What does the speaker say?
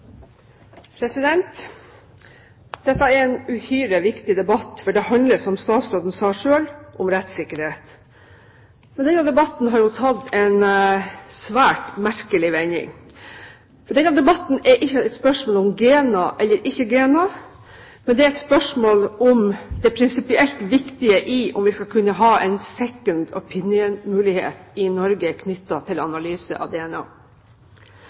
Dette er en uhyre viktig debatt, for det handler, som statsråden sa selv, om rettssikkerhet. Men denne debatten har tatt en svært merkelig vending. Denne debatten er ikke et spørsmål om GENA eller ikke GENA, men det er et spørsmål om det prinsipielt viktige i om vi skal ha en «second opinion»-mulighet i Norge knyttet til analyse av